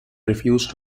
refused